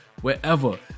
wherever